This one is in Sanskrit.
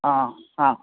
हा हा